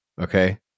Okay